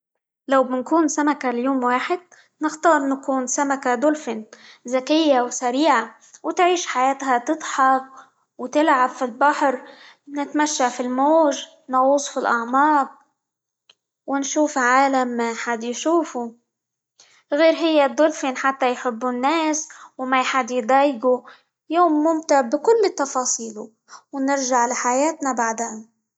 لو بنكون سمكة ليوم واحد، نختار نكون سمكة دولفين، ذكية، وسريعة، وتعيش حياتها تضحك، وتلعب في البحر، نتمشى في الموج، نغوص في الأعماق، ونشوف عالم ما أحد يشوفه، غير هي الدولفين حتى يحب الناس، وما أحد يضايقة، يوم ممتعع بكل تفاصيله، ونرجع لحياتنا بعدها.